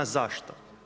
Zašto?